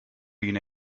been